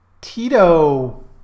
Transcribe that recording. Tito